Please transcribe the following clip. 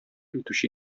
итүче